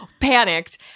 panicked